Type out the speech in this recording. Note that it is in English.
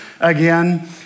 again